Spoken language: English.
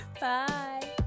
bye